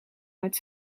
met